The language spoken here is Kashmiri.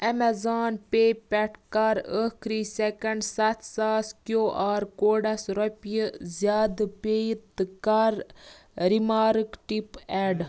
ایٚمیٚزان پے پٮ۪ٹھ کَر ٲخٕری سیٚکنٛڈ ستھ ساس کیٚو آر کوڈَس رۄپیہِ زیادٕ پیٚیہِ تہٕ کَر رِمارٕک ٹِپ ایٚڈ